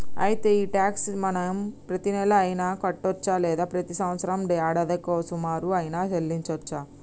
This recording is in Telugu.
అయితే ఈ టాక్స్ ని మనం ప్రతీనెల అయిన కట్టొచ్చు లేదా ప్రతి సంవత్సరం యాడాదికి ఓమారు ఆయిన సెల్లించోచ్చు